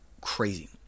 crazy